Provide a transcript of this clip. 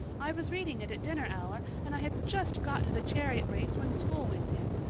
i was reading it at dinner hour, and i had just got the chariot race when school went in.